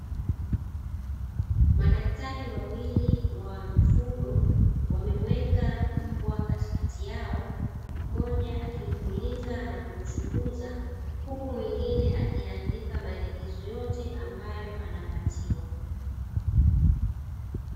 Madaktari wawili wa mifugo wanemueka mbwa katikati yao, mmoja akimmulika na kumchunguza, huku mwengine akiandika maelekezo yote ambayo anapatiwa.